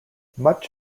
much